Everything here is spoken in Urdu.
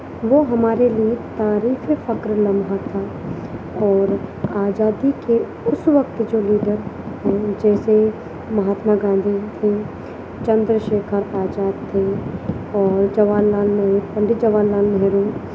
وہ ہمارے لیے تعریفِ فخر لمحہ تھا اور آزادی کے اس وقت جو لیڈر ہیں جیسے مہاتما گاندھی تھے چندر شیکھر آزاد تھے اور جواہر لال نہرو پنڈت جواہر لال نہرو